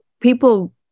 people